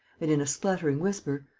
in a spluttering whisper,